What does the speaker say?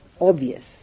obvious